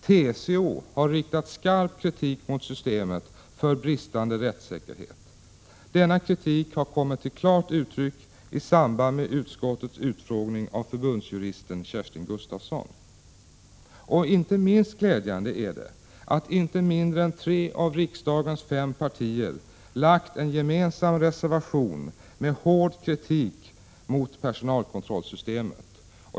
TCO har riktat skarp kritik mot systemet för bristande rättssäkerhet. Denna kritk har kommit till klart uttryck i samband med utskottets utfrågning av förbundsjuristen Kerstin Gustafsson. Inte minst är det glädjande att inte mindre än tre av riksdagens fem partier har lämnat en gemensam reservation med hård kritik mot personalkontrollsystemet.